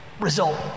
result